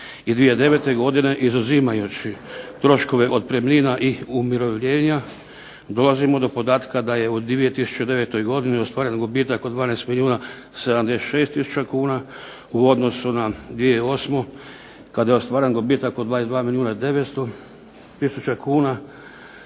i 2009. godine, izuzimajući troškove otpremnina i umirovljenja dolazimo do podatka da je u 2009. godini ostvaren gubitak od 12 milijuna 76 tisuća kuna u odnosu na 2008. kada je ostvaren gubitak od 22 milijuna i 900 tisuća kuna,